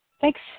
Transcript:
Thanks